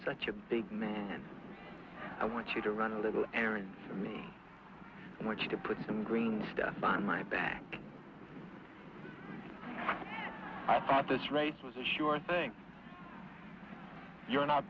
such a big man and i want you to run a little errand for me what you to put some green stuff on my back i thought this race was a sure thing you're not